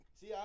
see